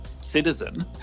citizen